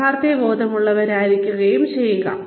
യാഥാർത്ഥ്യബോധമുള്ളവരായിരിക്കുക